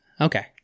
Okay